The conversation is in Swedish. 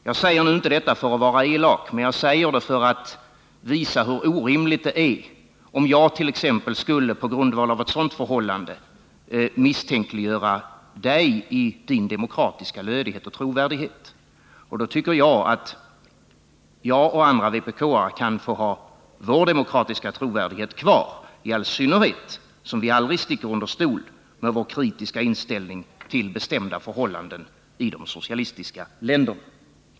Jag påpekar nu inte detta för att vara elak men för att visa hur orimligt det är om jag t.ex. på grundval av ett sådant förhållande skulle misstänkliggöra Daniel Tarschys i hans demokratiska lödighet och trovärdighet. Därför tycker jag att jag och andra vpk-are kan få ha vår demokratiska trovärdighet kvar —i all synnerhet som vi aldrig stuckit under stol med vår kritiska inställning till bestämda förhållanden i socialistiska länder.